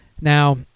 Now